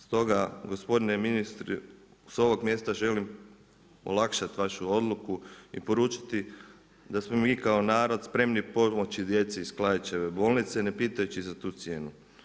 Stoga gospodine ministre s ovog mjesta želim olakšati vašu odluku i poručiti da smo mi kao narod spremni pomoći djeci iz Klaićeve bolnice ne pitajući za tu cijenu.